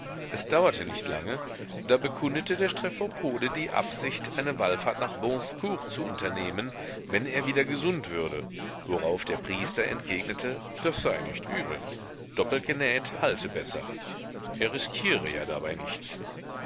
es dauerte nicht lange da bekundete der strephopode die absicht eine wallfahrt nach bon secours zu unternehmen wenn er wieder gesund würde worauf der priester entgegnete das sei nicht übel doppelt genäht halte besser er riskiere ja dabei nichts